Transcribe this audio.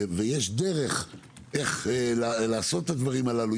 ויש דרך איך לעשות את הדברים הללו,